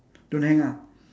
don't hang ah